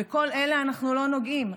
בכל אלה אנחנו לא נוגעים.